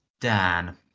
dan